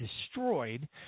destroyed